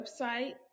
website